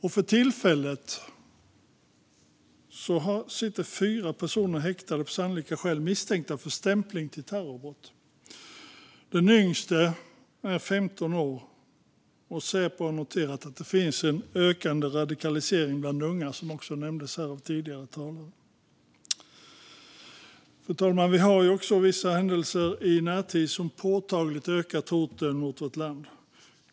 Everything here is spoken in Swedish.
För tillfället sitter fyra personer häktade på sannolika skäl misstänkta för stämpling till terrorbrott. Den yngste är 15 år, och Säpo har noterat att det finns en ökande radikalisering bland unga, som tidigare talare nämnde. Fru talman! Vi har också vissa händelser i närtid som påtagligt har ökat hoten mot vårt land.